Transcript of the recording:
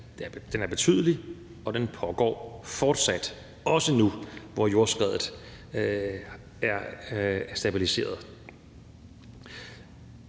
er betydelig, og den pågår fortsat, også nu, hvor jordskredet er stabiliseret.